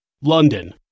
London